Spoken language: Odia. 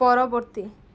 ପରବର୍ତ୍ତୀ